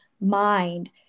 mind